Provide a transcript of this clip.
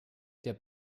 der